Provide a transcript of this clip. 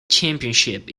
championship